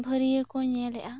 ᱵᱷᱟᱹᱨᱤᱭᱟᱹ ᱠᱚ ᱧᱮᱞᱮᱜᱼᱟ